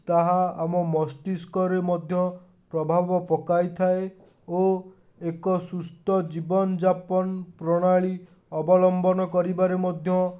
ତାହା ଆମ ମସ୍ତିଷ୍କରେ ମଧ୍ୟ ପ୍ରଭାବ ପକାଇଥାଏ ଓ ଏକ ସୁସ୍ଥ ଜୀବନଯାପନ ପ୍ରଣାଳୀ ଅବଲମ୍ବନ କରିବାରେ ମଧ୍ୟ